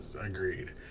agreed